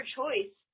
choice